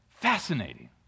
Fascinating